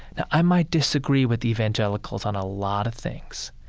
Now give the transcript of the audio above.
now, i might disagree with evangelicals on a lot of things,